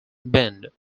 bend